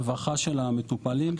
הרווחה של המטופלים תעלה.